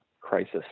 crisis